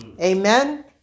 Amen